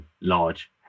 large